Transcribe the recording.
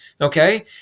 Okay